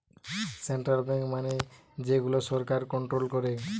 central bank মানে যে গুলা সরকার কন্ট্রোল করে